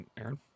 Aaron